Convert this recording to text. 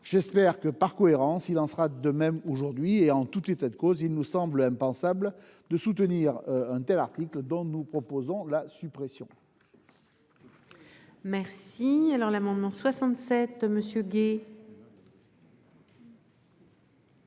J'espère que, par cohérence, il en ira de même aujourd'hui. En tout état de cause, il nous semble impensable de soutenir un tel article, dont nous proposons la suppression. La parole est à M.